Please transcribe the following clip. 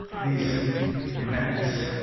these events,